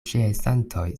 ĉeestantoj